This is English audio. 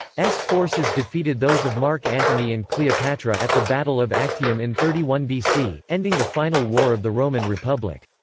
forces defeated those of mark antony and cleopatra at the battle of actium in thirty one bc, ending the final war of the roman republic.